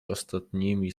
ostatnimi